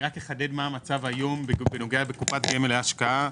אחדד מה המצב כיום בנוגע לקופת גמל להשקעה.